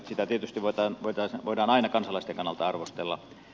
sitä tietysti voidaan aina kansalaisten kannalta arvostella